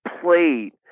played